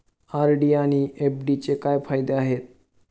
RD आणि एफ.डीचे काय फायदे आहेत?